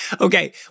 Okay